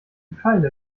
pfeile